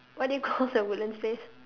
what do you call the woodlands place